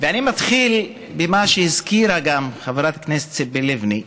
ואני מתחיל במה שהזכירה גם חברת הכנסת ציפי לבני,